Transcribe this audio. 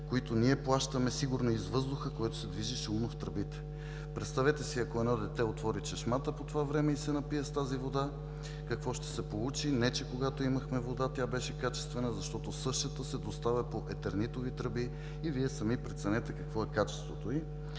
които ние плащаме сигурно и с въздуха, който се движи шумно в тръбите. Представете си, ако едно дете отвори чешмата по това време и се напие с тази вода, какво ще се получи! Не че когато имахме вода, тя беше качествена, защото същата се доставя по етернитови тръби и Вие сами преценете какво е качеството й.“